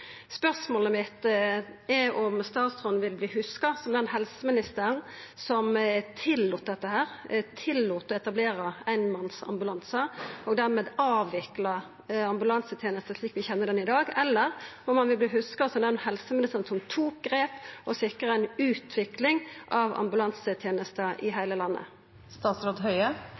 Spørsmålet mitt er om statsråden vil verta hugsa som den helseministeren som tillét å etablera einmannsambulansar, og dermed avvikla ambulansetenesta slik vi kjenner ho i dag, eller om han vil verta hugsa som den helseministeren som tok grep og sikra ei utvikling av ambulansetenesta i heile